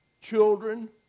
children